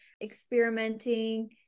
experimenting